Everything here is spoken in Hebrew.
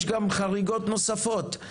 יש גם חריגות נוספות,